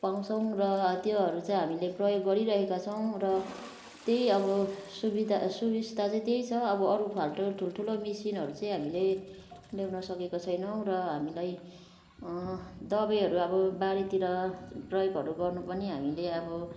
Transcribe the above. पाउँछौँ र त्योहरू चाहिँ हामीले प्रयोग गरिरहेका छौँ र त्यही अब सुविदा सुबिस्ता चाहिँ त्यही छ अब अरू फाल्टु ठुल्ठुलो मेसिनहरू चाहिँ हामीले ल्याउन सकेको छैनौँ र हामीलाई दबाईहरू अब बारीतिर प्रयोगहरू गर्नु पनि हामीले अब